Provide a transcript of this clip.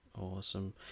Awesome